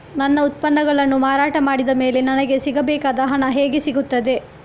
ನನ್ನ ಉತ್ಪನ್ನಗಳನ್ನು ಮಾರಾಟ ಮಾಡಿದ ಮೇಲೆ ನನಗೆ ಸಿಗಬೇಕಾದ ಹಣ ಹೇಗೆ ಸಿಗುತ್ತದೆ?